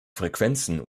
frequenzen